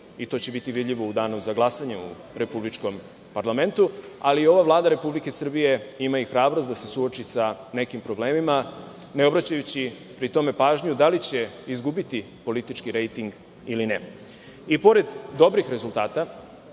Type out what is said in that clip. i to će biti vidljivo u danu za glasanje u republičkom parlamentu, ali ova Vlada Republike Srbije ima i hrabrost da se suoči sa nekim problemima ne obraćajući pri tom pažnju da li će izgubiti politički rejting ili ne.I pored dobrih rezultata